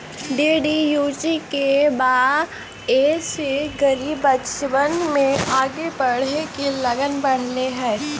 DDUGKY से गरीब बच्चन में आगे बढ़े के लगन बढ़ले हइ